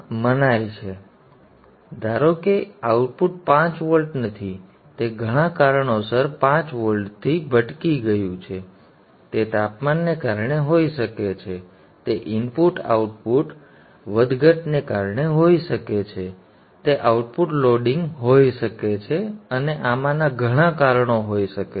હવે ધારો કે આઉટપુટ 5 વોલ્ટ નથી તે ઘણા કારણોસર 5 વોલ્ટથી ભટકી ગયું છે તે તાપમાનને કારણે હોઈ શકે છે તે ઇનપુટ આઉટપુટ ઇનપુટ વધઘટને કારણે હોઈ શકે છે તે આઉટપુટ લોડિંગ હોઈ શકે છે અને આમાંના ઘણા કારણો હોઈ શકે છે